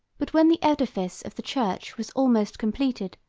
but when the edifice of the church was almost completed,